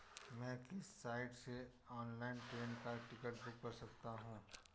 मैं किस साइट से ऑनलाइन ट्रेन का टिकट बुक कर सकता हूँ?